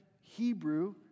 Hebrew